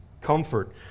comfort